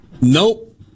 nope